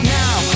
now